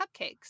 cupcakes